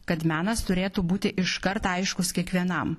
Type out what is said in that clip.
kad menas turėtų būti iškart aiškus kiekvienam